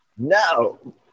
No